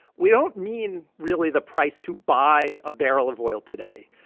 we don't mean really the price to buy a barrel of oil today.